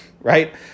right